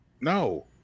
no